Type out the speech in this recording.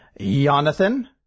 Jonathan